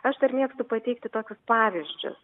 aš dar mėgstu pateikti tokius pavyzdžius